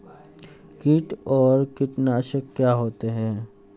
कीट और कीटनाशक क्या होते हैं?